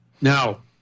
Now